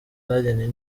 laden